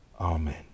Amen